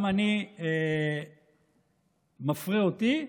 הוא מפרה אותי,